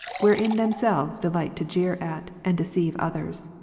wherein themselves delight to jeer at, and deceive others.